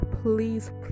Please